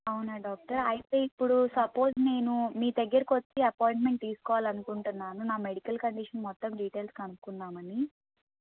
అవునా డాక్టర్ అయితే ఇప్పుడు సపోజ్ నేను మీ దగ్గరకి వచ్చి అపాయింట్మెంట్ తీసుకోవాలి అనుకుంటున్నాను నా మెడికల్ కండిషన్ మొత్తం డీటెయిల్స్ కనుక్కుందామని